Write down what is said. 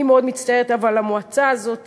אני מאוד מצטערת, אבל המועצה הזאת